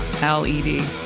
L-E-D